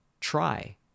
try